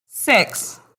six